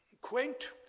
quaint